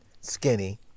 Skinny